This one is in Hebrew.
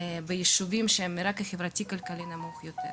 ביישובים שהם מרקע חברתי נמוך יותר.